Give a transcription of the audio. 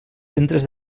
centres